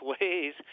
ways